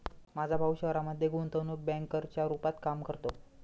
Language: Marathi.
माझा भाऊ शहरामध्ये गुंतवणूक बँकर च्या रूपात काम करतो